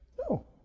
No